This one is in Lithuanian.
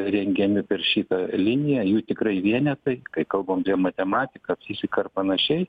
rengiami per šitą liniją jų tikrai vienetai kai kalbam apie matematiką fiziką ar panašiai